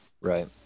right